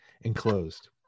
enclosed